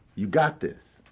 you got this.